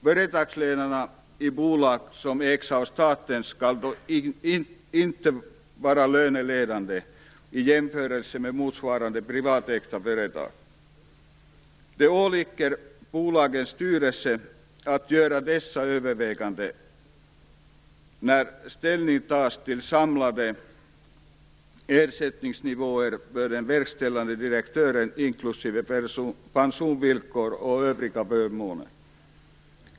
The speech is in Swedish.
Företagsledarna i bolag som ägs av staten skall dock inte var löneledande i jämförelse med motsvarande privatägda företag. Det åligger bolagets styrelse att göra dessa överväganden när ställning tas till den samlade ersättningsnivån, inklusive pensionsvillkor och övriga förmåner, för den verkställande direktören.